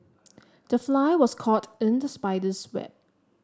the fly was caught in the spider's web